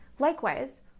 Likewise